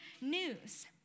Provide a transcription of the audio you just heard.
news